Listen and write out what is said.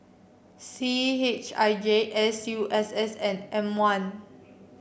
C H I J S U S S and M one